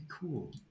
cool